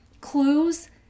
clues